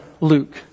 Luke